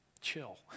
chill